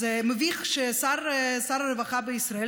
מביך ששר הרווחה בישראל,